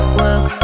work